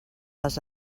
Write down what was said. les